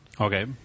Okay